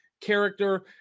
character